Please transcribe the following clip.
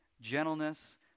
gentleness